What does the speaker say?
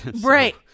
right